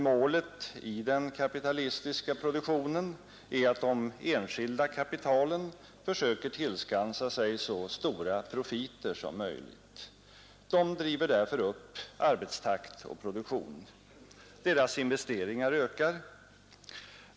Målet i den kapitalistiska produktionen är att de enskilda kapitalen försöker tillskansa sig så stora profiter som möjligt. De driver därför upp arbetstakt och produktion. Deras investeringar ökar.